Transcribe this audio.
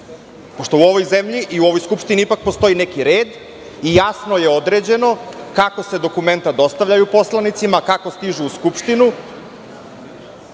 Pošto u ovoj zemlji i u ovoj Skupštini ipak postoji neki red i jasno je određeno kako se dokumenta dostavljaju poslanicima, kako stižu u Skupštinu.